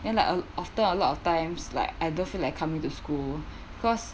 then like a after a lot of times like I don't feel like coming to school because